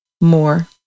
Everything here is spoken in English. more